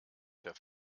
der